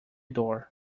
door